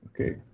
Okay